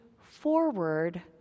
forward